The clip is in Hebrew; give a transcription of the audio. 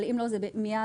אבל אם לא זה מיד לאחריו.